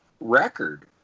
record